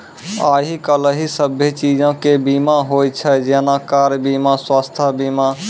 आइ काल्हि सभ्भे चीजो के बीमा होय छै जेना कार बीमा, स्वास्थ्य बीमा